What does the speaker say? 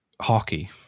hockey